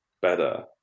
better